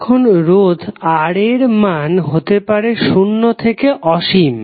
এখন রোধ R এর মান হতে পারে শূন্য থেকে অসীম